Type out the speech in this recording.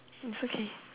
it's okay